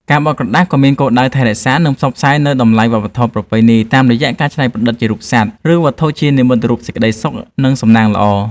ការបត់ក្រដាសក៏មានគោលដៅថែរក្សា និងផ្សព្វផ្សាយនូវតម្លៃវប្បធម៌ប្រពៃណីតាមរយៈការច្នៃប្រឌិតជារូបសត្វ ឬវត្ថុជានិមិត្តរូបនៃសេចក្ដីសុខ និងសំណាងល្អ។